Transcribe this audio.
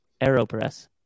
aeropress